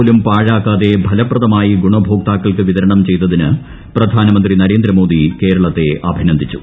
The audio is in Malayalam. പോലും പാഴാക്കാള്ളി ഫ്ലപ്രദമായി ഗുണഭോക്താക്കൾക്ക്വിതരണം ചെയ്തതിന് പ്രധാനമന്ത്രി നരേന്ദ്രമോദി കേരളത്തെ അഭിനന്ദിച്ചു